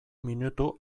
minutu